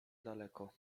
daleko